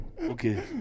okay